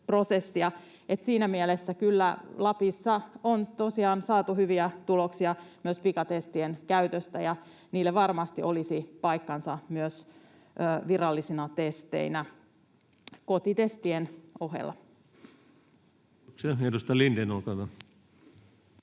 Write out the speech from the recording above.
Siinä mielessä — Lapissa on tosiaan saatu hyviä tuloksia myös pikatestien käytöstä — niille kyllä varmasti olisi paikkansa myös virallisina testeinä, kotitestien ohella.